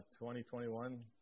2021